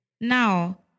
Now